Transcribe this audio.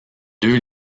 deux